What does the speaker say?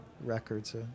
records